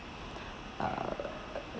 uh